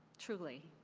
truly.